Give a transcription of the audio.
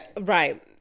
Right